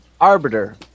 Arbiter